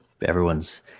everyone's